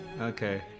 Okay